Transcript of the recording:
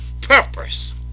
purpose